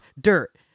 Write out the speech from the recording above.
dirt